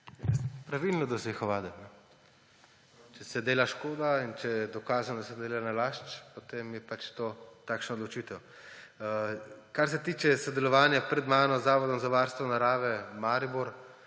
Pravilno, da so jih ovadili. Če se dela škoda in če je dokazano, da so delali nalašč, potem je pač to takšna odločitev. Kar se tiče sodelovanja pred mano z Zavodom za varstvo narave iz Maribora,